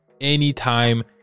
anytime